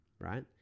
right